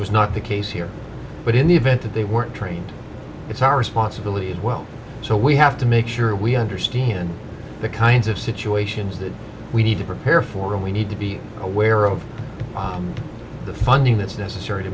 was not the case here but in the event that they weren't trained it's our responsibility as well so we have to make sure we understand the kinds of situations that we need to prepare for and we need to be aware of the funding that's necessary to